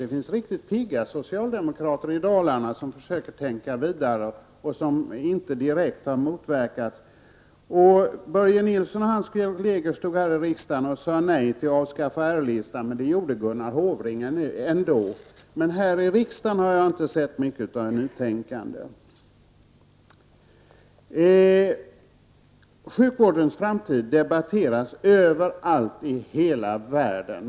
Det finns riktigt pigga socialdemokrater i Dalarna som försöker tänka vidare och inte direkt har motverkat. Börje Nilsson och hans kolleger stod här i riksdagen och sade nej till att avskaffa R-listan. Gunnar Hofring avskaffade den ändå, men här i riksdagen har jag inte sett mycket av nytänkande. Sjukvårdens framtid debatteras överallt i hela världen.